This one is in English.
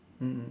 mm mm